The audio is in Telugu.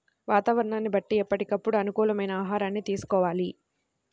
వాతావరణాన్ని బట్టి ఎప్పటికప్పుడు అనుకూలమైన ఆహారాన్ని తీసుకోవాలి